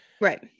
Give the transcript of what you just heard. right